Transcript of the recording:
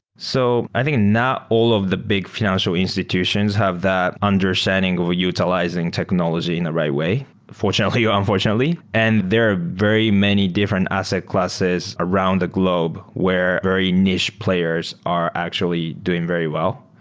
so i think not all of the big fi nancial institutions have that understanding of utilizing technology in the right way, fortunately or unfortunately, and there are very many different asset classes around the globe where very niche players are actually doing very well.